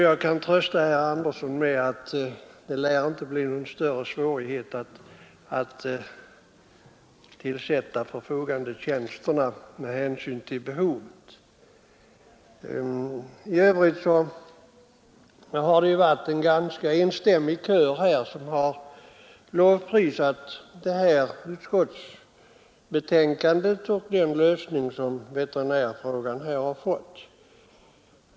Jag kan trösta herr Andersson med att det inte lär bli någon större svårighet att tillsätta förfogandetjänsterna med hänsyn till behovet. I övrigt har det här varit en ganska enstämmig kör, som lovprisat utskottsbetänkandet och den lösning som veterinärfrågan i detta har fått.